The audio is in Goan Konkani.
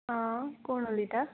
आ कोण उलयता